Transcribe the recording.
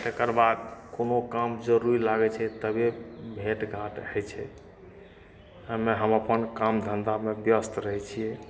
तेकरबाद कोनो काम जरुरी लागै छै तबे भेट घाँट होइ छै हमे हम अपन काम धंधामे ब्यस्त रहै छियै